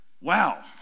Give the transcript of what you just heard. Wow